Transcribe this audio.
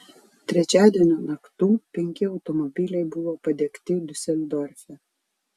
trečiadienio naktų penki automobiliai buvo padegti diuseldorfe